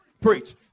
Preach